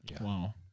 Wow